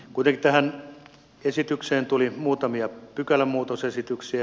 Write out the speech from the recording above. kuitenkin tähän esitykseen tuli muutamia pykälämuutosesityksiä